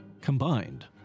Combined